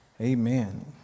Amen